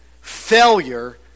failure